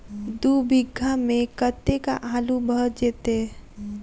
दु बीघा मे कतेक आलु भऽ जेतय?